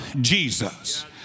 Jesus